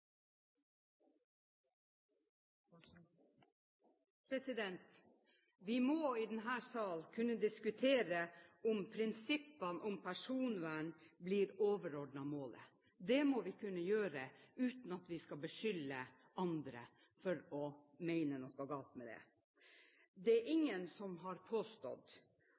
dag. Vi må i denne sal kunne diskutere om prinsippene om personvern blir overordnet målet. Det må vi kunne gjøre uten at vi skal beskylde andre for å mene noe galt med det. Det er ingen som har påstått